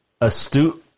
astute